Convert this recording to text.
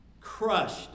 crushed